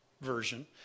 version